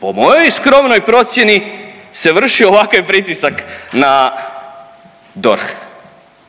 po mojoj skromnoj procijeni, se vrši ovakav pritisak na DORH?